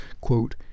quote